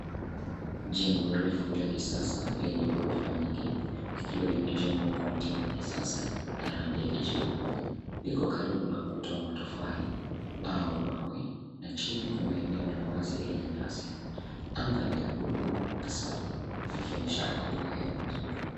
Jengo refu la kisasa lenye ghorofa nyingi likiwa limejengwa kwa mtindo wa kisasa na rangi ya kijivu. Iko karibu na ukuta wa matofali au mawe na chini kuna eneo la wazi lenye nyasi. Anga ni la buluu na safi likionyesha hali ya hewa nzuri.